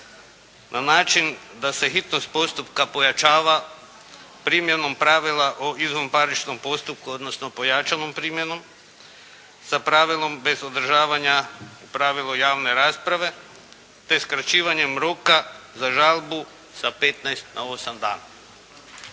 na način da se hitnost postupka pojavača primjenom pravila o izvanparničnom postupku, odnosno pojačanom primjenom, sa pravilom bez održavanja pravilo javne rasprave, te skraćivanjem roka za žalbu sa 15 na 8 dana.